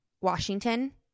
Washington